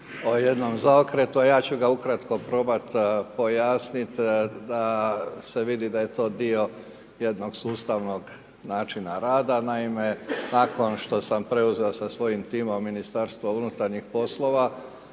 o jednom zaokretu, a ja ću ga ukratko probati pojasniti da se vidi da je to dio jednog sustavnog načina rada. Naime, nakon što sam preuzeo sa svojim timom MUP, odgovornost za